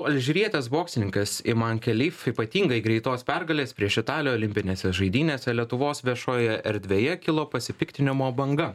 alžyrietės boksininkas iman kelif ypatingai greitos pergalės prieš italę olimpinėse žaidynėse lietuvos viešojoje erdvėje kilo pasipiktinimo banga